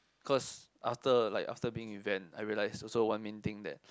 cause after like after being with Van I realise also one main thing that